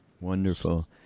Wonderful